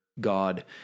God